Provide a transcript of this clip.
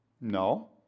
No